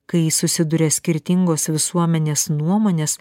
kai susiduria skirtingos visuomenės nuomonės